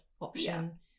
option